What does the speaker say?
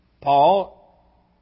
Paul